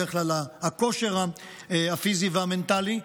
בדרך כלל הכושר הפיזי והמנטלי,